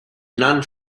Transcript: none